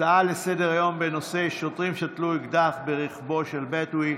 הצעה לסדר-היום בנושא: שוטרים שתלו אקדח ברכבו של בדואי,